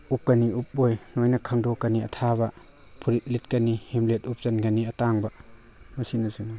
ꯎꯞꯀꯅꯤ ꯎꯞꯄꯣꯏ ꯂꯣꯏꯅ ꯈꯪꯗꯣꯛꯀꯅꯤ ꯑꯊꯥꯕ ꯐꯨꯔꯤꯠ ꯂꯤꯠꯀꯅꯤ ꯍꯦꯜꯃꯦꯠ ꯎꯞꯁꯤꯟꯒꯅꯤ ꯑꯇꯥꯡꯕ ꯑꯁꯤꯅꯆꯤꯡꯕ